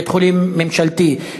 בית-חולים ממשלתי,